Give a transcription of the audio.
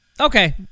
Okay